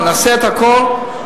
ונעשה את הכול.